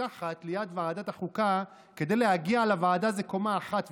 שנפתחת ליד ועדת החוקה כדי להגיע לוועדה נפתחת בקומה 1,